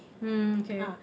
mm okay